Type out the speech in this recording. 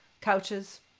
couches